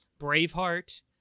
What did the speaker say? Braveheart